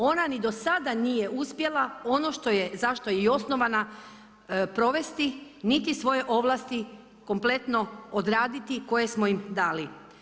Ona ni do sada nije uspjela ono za što je i osnovana provesti, niti svoje ovlasti kompletno odraditi koje smo im dali.